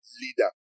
leader